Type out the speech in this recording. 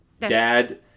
dad